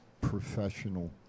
professional